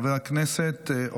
חבר הכנסת נאור שירי,